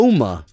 Oma